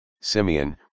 Simeon